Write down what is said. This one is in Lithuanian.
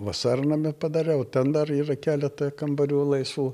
vasarnamį padariau ten dar yra keletą kambarių laisvų